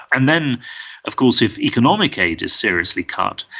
and then of course if economic aid is seriously cut,